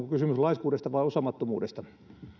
kysymys laiskuudesta vai osaamattomuudesta